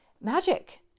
magic